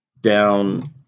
down